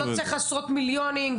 לא צריך עשרות מיליונים,